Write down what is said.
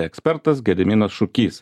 ekspertas gediminas šukys